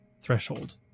threshold